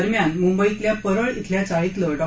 दरम्यान मुंबईतल्या परळ श्रिल्या चाळीतलं डॉ